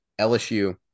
LSU